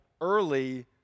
early